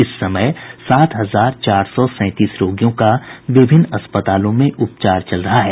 इस समय सात हजार चार सौ सैंतीस रोगियों का विभिन्न अस्पतालों में उपचार चल रहा है